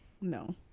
no